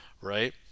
right